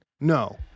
No